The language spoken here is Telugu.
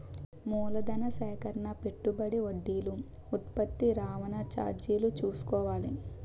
మూలధన సేకరణ పెట్టుబడి వడ్డీలు ఉత్పత్తి రవాణా చార్జీలు చూసుకోవాలి